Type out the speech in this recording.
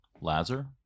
Lazar